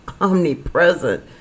omnipresent